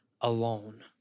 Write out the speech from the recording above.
alone